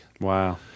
Wow